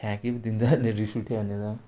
फ्याँकी पो दिन्छु अहिले रिस उठ्यो भने त